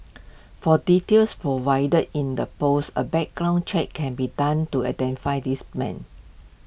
from details provided in the post A background check can be done to identify this man